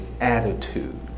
attitude